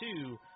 two